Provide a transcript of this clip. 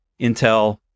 Intel